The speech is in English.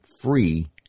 free